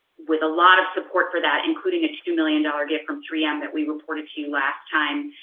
with a lot of support for that, including a two million dollars gift from three m that we reported to you last time.